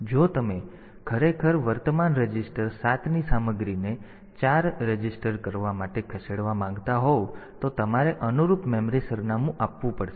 તેથી જો તમે ખરેખર વર્તમાન રજિસ્ટર 7 ની સામગ્રીને 4 રજીસ્ટર કરવા માટે ખસેડવા માંગતા હોવ તો તમારે અનુરૂપ મેમરી સરનામું આપવું પડશે